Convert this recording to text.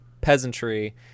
peasantry